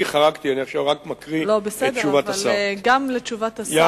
אני חרגתי ואני עכשיו רק מקריא את תשובת השר.